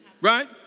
Right